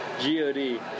G-O-D